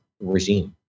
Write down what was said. regime